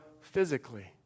Physically